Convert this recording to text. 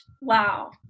Wow